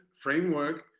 framework